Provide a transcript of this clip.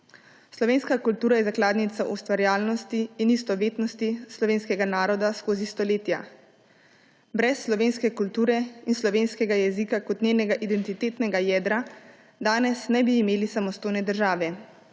Slovenska kultura je zakladnica ustvarjalnosti in istovetnosti slovenskega naroda skozi stoletja. Brez slovenske kulture in slovenskega jezika kot njenega identitetnega jedra danes ne bi imeli samostojne države.